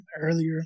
Earlier